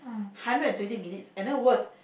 hundred and twenty minutes and then worse